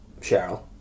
Cheryl